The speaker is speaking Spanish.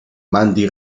mandy